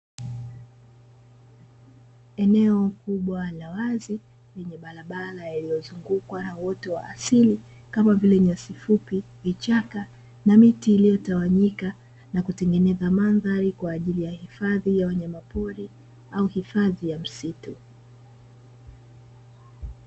Eneo kubwa la wazi lenye barabara iliyozungukwa na uoto wa asili kama vile: nyasi fupi, vichaka na miti iliyotawanyika kutengeneza mandhari, kwa ajili ya wanyamapori au hifadhi ya msitu.